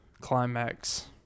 climax